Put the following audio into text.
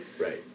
right